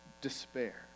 despair